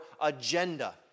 agenda